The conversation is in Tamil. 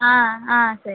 ஆ ஆ சரி